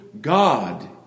God